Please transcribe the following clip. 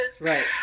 Right